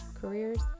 careers